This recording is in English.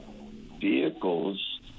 vehicles